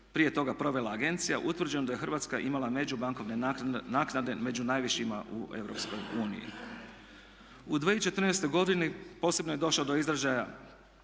prije toga provela agencija utvrđeno da je Hrvatska imala međubankovne naknade među najvišima u EU. U 2014. godini posebno je došao do izražaja